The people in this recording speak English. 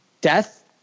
death